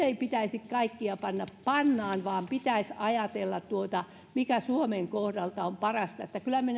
ei nyt pitäisi panna kaikkea pannaan vaan pitäisi ajatella mikä suomen kohdalta on parasta että kyllä me